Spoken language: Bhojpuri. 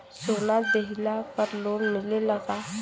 सोना दहिले पर लोन मिलल का?